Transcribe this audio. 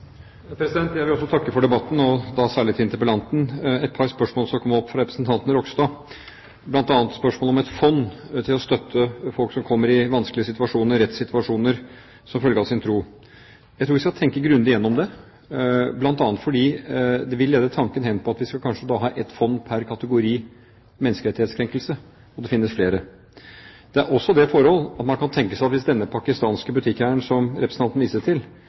da særlig til interpellanten. Først til et par spørsmål som kom opp fra representanten Ropstad, bl.a. spørsmålet om et fond til å støtte folk som kommer i vanskelige situasjoner, rettssituasjoner, som følge av sin tro. Jeg tror vi skal tenke grundig gjennom det, bl.a. fordi det vil lede tanken hen på at vi da kanskje skal ha et fond pr. kategori menneskerettighetskrenkelse – og det finnes flere. Det er også det forhold at man kan tenke seg at hvis det ble kjent at denne pakistanske butikkeieren som representanten viste til,